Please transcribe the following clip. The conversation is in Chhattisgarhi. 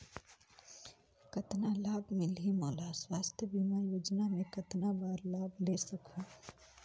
कतना लाभ मिलही मोला? स्वास्थ बीमा योजना मे कतना बार लाभ ले सकहूँ?